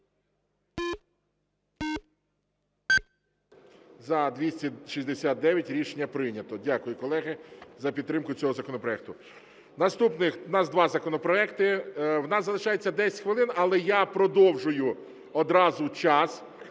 За-269 Рішення прийнято. Дякую, колеги, за підтримку цього законопроекту. Наступне, у нас два законопроекти. У нас залишається 10 хвилин, але я продовжую одразу час